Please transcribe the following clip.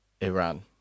Iran